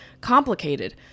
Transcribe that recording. complicated